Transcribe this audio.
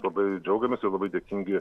labai džiaugiamės ir labai dėkingi